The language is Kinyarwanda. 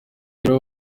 rero